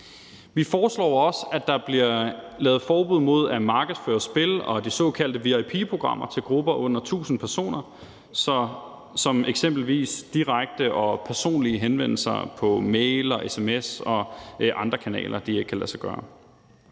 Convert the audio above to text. Vi foreslår også, at der bliver lavet forbud mod at markedsføre spil og de såkaldte vip-programmer til grupper på under 1.000 personer, så eksempelvis direkte og personlige henvendelser på mail, sms og andre kanaler ikke kan lade sig gøre.